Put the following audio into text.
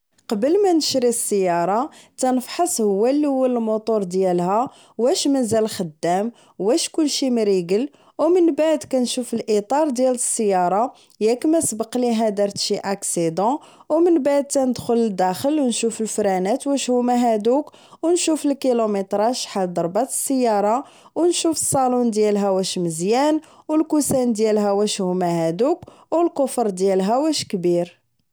قبل مانشري السيارة تنفحص هو الاول الموتور ديالها واش مازال خدام و كلشي مريكل و من بعد كنشوف الاطار ديال السيارة ياك ما سبق ليها دارت شي اكسيدون و من بعد نتدخل الداخل كنشوف الفرانات واش هما هدوك و نشوف الكيلومتراج شحال ضربات السيارة و نشوف صالون ديالها واش مزيان و الكوسان ديالها واش هما هدوك و الكوفر ديالها واش كبير